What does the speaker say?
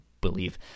believe